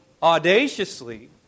audaciously